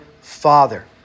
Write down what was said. Father